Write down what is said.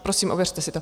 Prosím, ověřte si to.